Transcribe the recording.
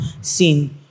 sin